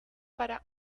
para